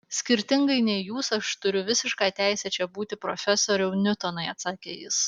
skirtingai nei jūs aš turiu visišką teisę čia būti profesoriau niutonai atsakė jis